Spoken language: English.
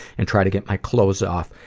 and try to get my clothes off.